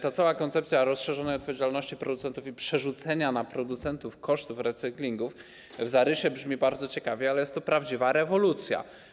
Ta cała koncepcja rozszerzonej odpowiedzialności producentów i przerzucenia na producentów kosztów recyklingu w zarysie brzmi bardzo ciekawie, ale jest to prawdziwa rewolucja.